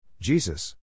Jesus